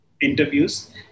interviews